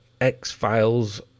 X-Files